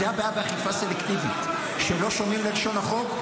זו הבעיה באכיפה סלקטיבית, שלא שומעים ללשון החוק.